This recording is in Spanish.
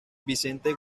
vicente